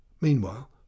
meanwhile